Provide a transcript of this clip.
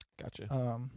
Gotcha